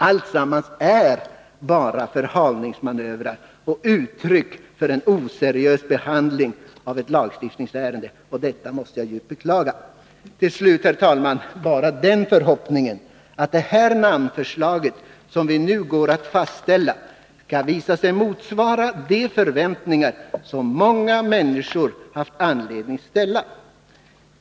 Alltsammans är bara förhalningsmanövrer och uttryck för en oseriös behandling av ett lagstiftningsärende, och detta måste jag djupt beklaga. Jag har slutligen, herr talman, bara den förhoppningen att det namnlagsförslag som vi nu går att fastställa skall visa sig motsvara de förväntningar som många människor har haft anledning att ställa.